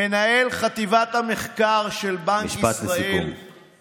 מנהל חטיבת המחקר של בנק ישראל, משפט לסיכום.